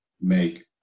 make